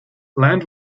land